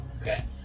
Okay